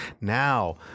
Now